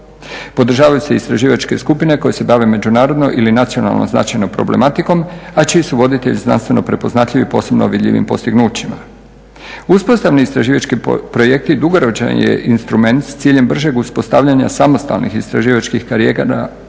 Podržavaju se istraživačke skupine koje se bave međunarodnom ili nacionalnom značajnom problematikom a čiji su voditelji znanstveno prepoznatljivi, posebno vidljivi po postignućima. Uspostavni istraživački projekti dugoročan je instrument s ciljem bržeg uspostavljanja samostalnih istraživačkih … mladih